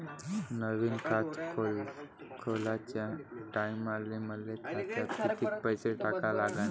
नवीन खात खोलाच्या टायमाले मले खात्यात कितीक पैसे टाका लागन?